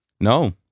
No